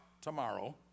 tomorrow